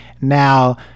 Now